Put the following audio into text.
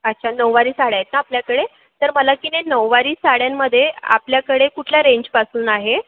अच्छा नऊवारी साड्या आहेत का आपल्याकडे तर मला की नाही नऊवारी साड्यांमध्ये आपल्याकडे कुठल्या रेंजपासून आहे